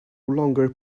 longer